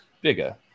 bigger